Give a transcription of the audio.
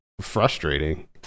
frustrating